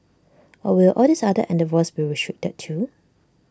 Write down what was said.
or will all these other endeavours be restricted too